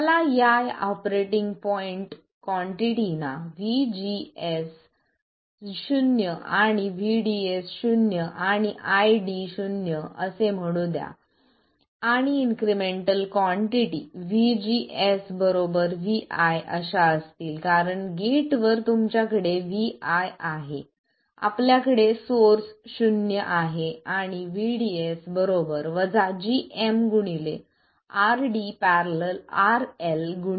मला या या ऑपरेटिंग पॉईंट कॉन्टिटी ना VGS0 आणि VDS0 आणि ID0 असे म्हणू द्या आणि इन्क्रिमेंटल कॉन्टिटी vGS vi अशा असतील कारण गेट वर तुमच्याकडे vi आहे आपल्याकडे सोर्स शून्य आहे आणि vDS gmRD ║RL vi